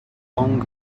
long